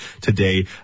today